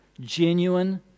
genuine